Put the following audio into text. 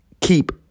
keep